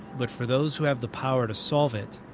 but for those who have the power to solve it,